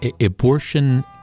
abortion